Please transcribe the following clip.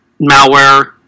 malware